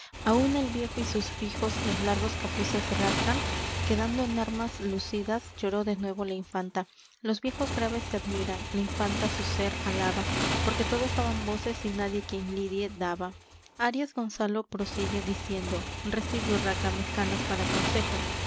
una el viejo y sus fijos los largos capuces rasgan quedando en armas lucidas lloró de nuevo la infanta los viejos graves se admiran la infanta su sér alaba porque todos daban voces y nadie quien lidie daba arias gonzalo prosigue diciendo recibe urraca mis canas para consejo